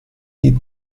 die